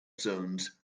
zones